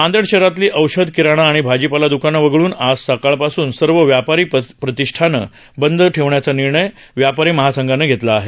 नांदेड शहरातली औषध किराणा आणि भाजीपाला द्कानं वगळून आज सकाळ पासून सर्व व्यापारी प्रतिष्ठान बंद ठेवण्याचा निर्णय व्यापारी महासंघानं घेतला आहे